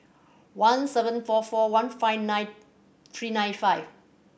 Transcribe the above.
one seven four four one five nine three nine five